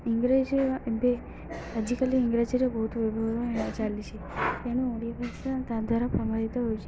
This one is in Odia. ଇଂରାଜୀର ଏବେ ଆଜିକାଲି ଇଂରାଜୀର ବହୁତ ଚାଲିଛି ତେଣୁ ଓଡ଼ିଆ ଭାଷା ତା ଦ୍ୱାରା ପ୍ରଭାବିତ ହେଉଛି